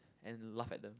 and laugh at them